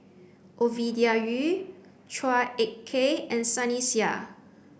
Ovidia Yu Chua Ek Kay and Sunny Sia